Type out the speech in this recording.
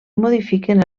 modifiquen